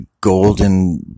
golden